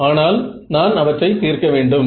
ஆனால் நான் அவற்றை தீர்க்க வேண்டும்